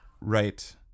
right